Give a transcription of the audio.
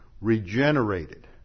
regenerated